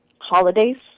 holidays